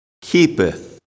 keepeth